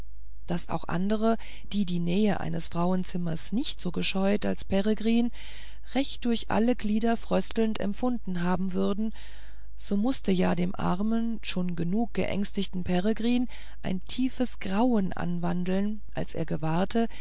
das auch andere die die nähe eines frauenzimmers nicht so gescheut als peregrin recht durch alle glieder fröstelnd empfunden haben würden so mußte ja dem armen schon genug geängsteten peregrin ein tiefes grauen anwandeln als er gewahrte